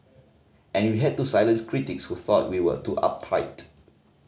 and we had to silence critics who thought we were too uptight